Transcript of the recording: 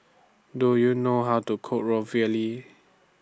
Do YOU know How to Cook Ravioli